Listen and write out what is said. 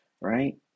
right